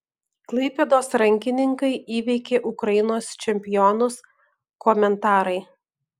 klaipėdos rankininkai įveikė ukrainos čempionus komentarai